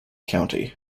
county